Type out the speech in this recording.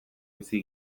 bizi